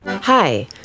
Hi